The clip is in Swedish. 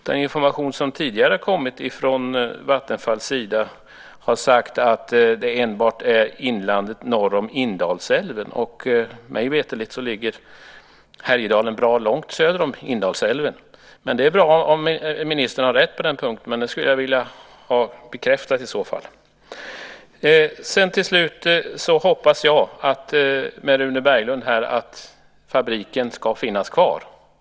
Den information som tidigare kommit från Vattenfalls sida har sagt att det enbart gäller inland norr om Indalsälven, och mig veterligen ligger Härjedalen bra långt söder om Indalsälven. Det är bra om ministern har rätt på den punkten, men jag skulle vilja ha det bekräftat i så fall. Till slut hoppas jag med Rune Berglund här att fabriken ska finnas kvar.